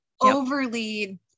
overly